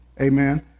amen